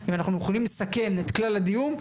אם אנחנו יכולים לסכם את כלל הדיון,